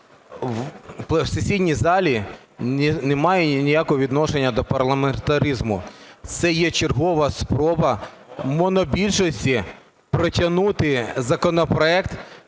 в сесійній залі, не має ніякого відношення до парламентаризму. Це є чергова спроба монобільшості протягнути законопроект